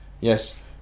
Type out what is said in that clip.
Yes